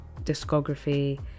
discography